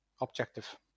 objective